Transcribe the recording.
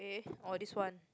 eh or this one